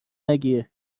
نگیر